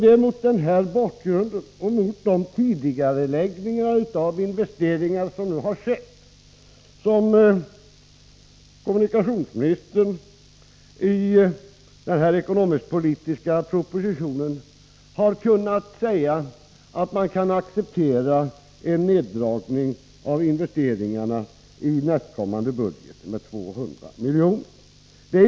Det är mot denna bakgrund och mot bakgrund av de tidigareläggningar av investeringar som har skett som kommunikationsministern i denna ekonomisk-politiska proposition har kunnat säga att man kan acceptera en neddragning av investeringarna i nästkommande budget med 200 milj.kr.